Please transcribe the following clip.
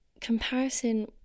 comparison